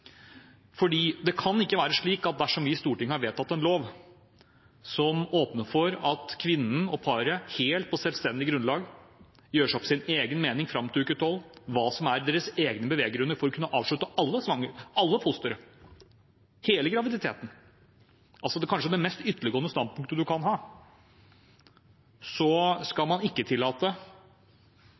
Det kan ikke være slik at dersom vi i Stortinget har vedtatt en lov som åpner for at kvinnen og paret på helt selvstendig grunnlag gjør seg opp sin egen mening fram til uke tolv om hva som er deres egne beveggrunner for å kunne abortere alle fostre, avslutte hele graviditeten – altså kanskje det mest ytterliggående standpunktet man kan ta – så skal man ikke tillate,